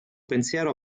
pensiero